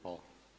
Hvala.